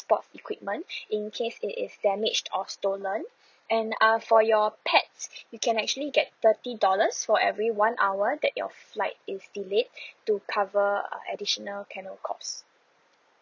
sports equipment in case it is damaged or stolen and uh for your pets you can actually get thirty dollars for every one hour that your flight is delayed to cover uh additional cost